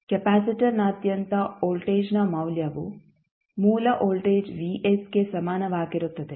ಕೆಪಾಸಿಟರ್ನಾದ್ಯಂತ ವೋಲ್ಟೇಜ್ನ ಮೌಲ್ಯವು ಮೂಲ ವೋಲ್ಟೇಜ್ ಗೆ ಸಮಾನವಾಗಿರುತ್ತದೆ